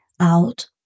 out